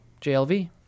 JLV